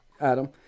Adam